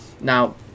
Now